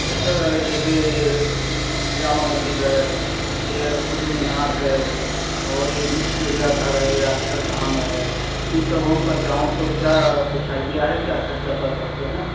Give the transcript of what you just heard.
کچھ جیسے جامع مسجد ہے یہ قطب مینار ہے اور یہ چڑیا گھر ہے یا اکشر دھام ہے اِن سبھوں پر جاؤں تو کیا کچھ آئڈیا ہے کیا خرچہ پڑ سکتے ہیں